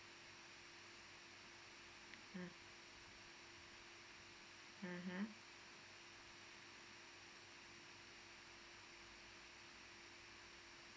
mm mmhmm